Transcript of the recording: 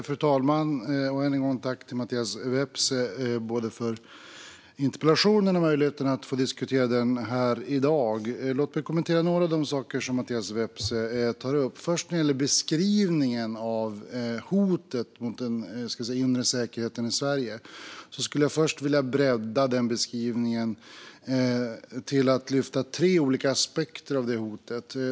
Fru talman! Än en gång tack till Mattias Vepsä för både interpellationen och möjligheten att diskutera den här i dag. Låt mig kommentera några av de saker som Mattias Vepsä tar upp. När det gäller beskrivningen av hotet mot den inre säkerheten i Sverige skulle jag först vilja bredda den beskrivningen med att lyfta fram tre olika aspekter av det hotet.